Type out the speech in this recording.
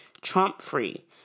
Trump-free